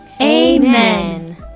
Amen